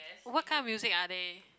what kind of music are they